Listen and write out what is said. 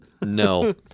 no